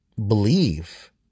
believe